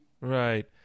Right